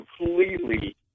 completely